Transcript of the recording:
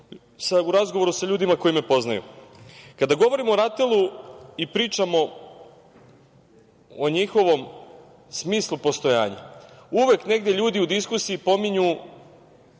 u razgovoru sa ljudima koji me poznaju. Kada govorimo o RATEL-u i pričamo o njihovom smislu postojanja, uvek negde ljudi u diskusiji pominju